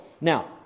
Now